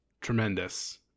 tremendous